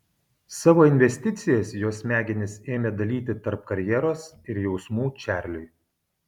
savo investicijas jos smegenys ėmė dalyti tarp karjeros ir jausmų čarliui